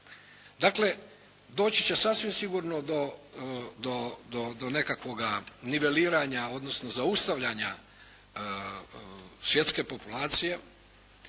Dakle, doći će sasvim sigurno do nekakvoga niveliranja, odnosno zaustavljanja svjetske populacije,